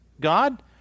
God